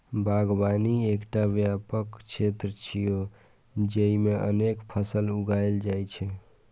बागवानी एकटा व्यापक क्षेत्र छियै, जेइमे अनेक फसल उगायल जाइ छै